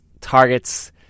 targets